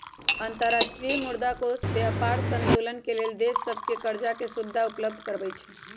अंतर्राष्ट्रीय मुद्रा कोष व्यापार संतुलन के लेल देश सभके करजाके सुभिधा उपलब्ध करबै छइ